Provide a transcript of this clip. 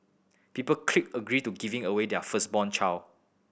people clicked agree to giving away their firstborn child